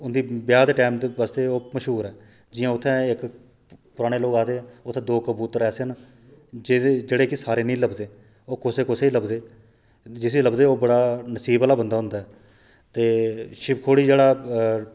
उंदी ब्याह दे टाइम आस्तै ओह् मश्हूर ऐ जियां उत्थै इक पराने लोक आखदे उत्थै दो कबूतर ऐसे न जेह्दे जेह्ड़े कि सारें गी नेईं लभदे ओह् कुसै कुसै गी लभदे जिसी लभदे ओह् बड़ा नसीब आह्ला बंदा होंदा ऐ ते शिवखोड़ी जेह्ड़ा